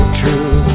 true